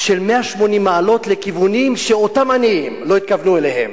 של 180 מעלות לכיוונים שאותם עניים לא התכוונו אליהם.